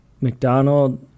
McDonald